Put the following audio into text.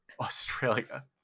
Australia